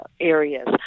areas